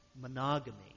monogamy